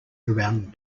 around